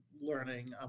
learning